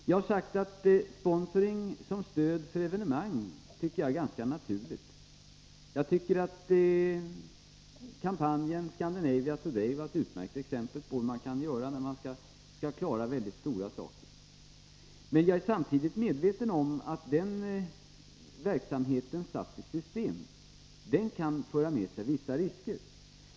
Jag har sagt att sponsring som stöd för evenemang förefaller mig ganska naturligt. Jag tycker att kampanjen Scandinavia To-day var ett utmärkt exempel på hur man kan göra när man skall klara av ett mycket stort evenemang. Men jag är samtidigt medveten om att den verksamheten, satt i system, kan föra med sig vissa risker.